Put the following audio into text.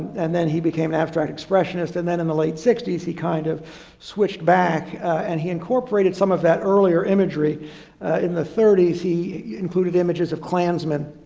and then he became an abstract expressionist and then in the late sixty s, he kind of switched back and he incorporated some of that earlier imagery in the thirty he included images of klansmen,